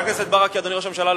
אדוני ראש הממשלה,